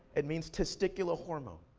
it means testicular hormone.